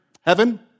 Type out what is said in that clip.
Heaven